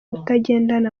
kutagendana